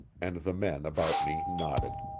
and the men about me nodded.